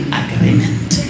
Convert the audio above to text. agreement